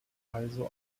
also